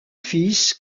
fils